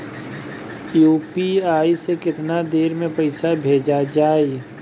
UPI से केतना देर मे पईसा भेजा जाई?